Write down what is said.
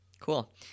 Cool